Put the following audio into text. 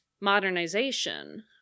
modernization